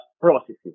processes